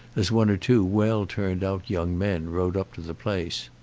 as one or two well-turned-out young men rode up to the place.